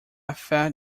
felt